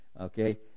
okay